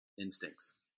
instincts